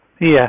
Yes